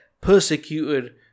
Persecuted